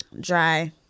Dry